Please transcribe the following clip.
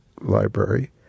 Library